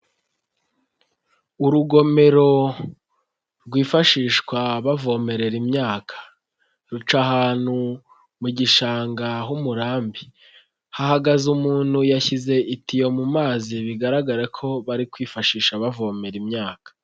Urugomero rwifashishwa bavomerera imyaka, ruca ahantu mu gishanga h'umurambi, hahagaze umuntu yashyize itiyo mu mazi bigaragare ko bari kwifashisha bavomera imyaka.